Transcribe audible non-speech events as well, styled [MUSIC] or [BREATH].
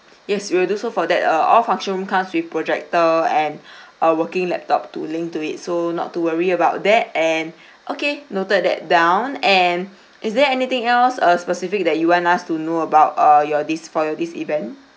yes we will do so for that uh all function room comes with projector and [BREATH] a working laptop to link to it so not to worry about that and [BREATH] okay noted that down and is there anything else uh specific that you want us to know about uh your this for your this event